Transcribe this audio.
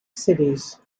cities